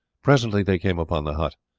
presently they came upon the hut.